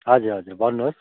हजुर हजुर भन्नुहोस्